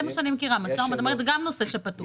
זה מה שאני מכירה, זאת אומרת זה גם נושא שפתוח.